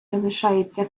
залишається